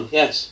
yes